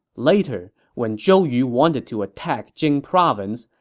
later, when zhou yu wanted to attack jing province,